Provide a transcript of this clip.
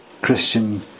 Christian